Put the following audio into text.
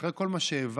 ואחרי כל מה שהבנו,